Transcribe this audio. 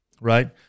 right